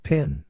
Pin